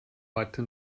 heute